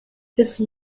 his